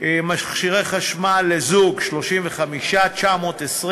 מכשירי חשמל לזוג, 35,920,